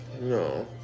No